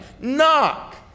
Knock